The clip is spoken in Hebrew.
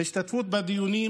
בהשתתפות בדיונים